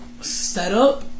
setup